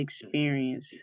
experience